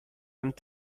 and